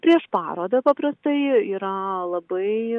prieš parodą paprastai yra labai